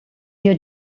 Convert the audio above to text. you